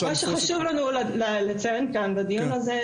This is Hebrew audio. אני מבטיח לך שזאת לא השיחה האחרונה,